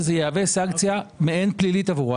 זה יהווה סנקציה מעין פלילית עבורו.